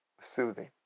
soothing